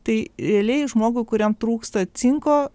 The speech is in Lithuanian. tai realiai žmogui kuriam trūksta cinko